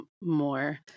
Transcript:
more